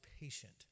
patient